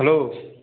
hello